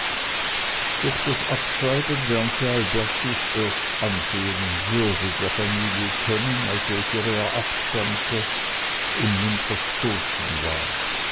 durch das abschreiben lernte albertus erst ansehen und würde der familie kennen aus welcher er abstammte und nun verstoßen war